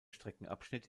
streckenabschnitt